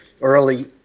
early